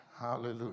Hallelujah